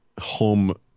home